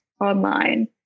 online